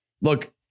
Look